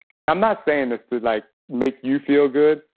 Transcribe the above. and i'm not saying this to like make you feel good.